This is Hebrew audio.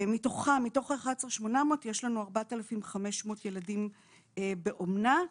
מתוכם, יש לנו 4,500 ילדים באומנה,